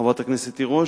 חברת הכנסת תירוש,